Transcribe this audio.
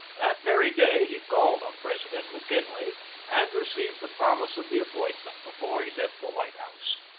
that very day he called on president mo kinley and received the promise of the appointment before he left the white house.